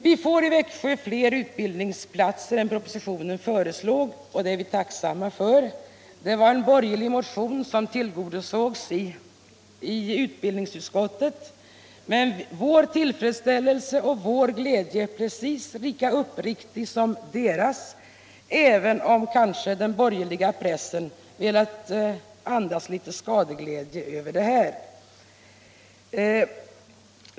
Vi får i Växjö fler utbildningsplatser än propositionen föreslagit, och det är vi tacksamma för. Det är ett borgerligt motionsyrkande som har tillstyrkts av utbildningsutskottet, men vår tillfredsställelse och glädje är precis lika uppriktig som motionärernas, även om man i den borgerliga pressen har kunnat se något av skadeglädje.